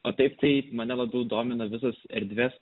o taip tai mane labiau domina visos erdvės